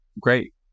great